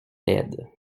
laides